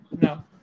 No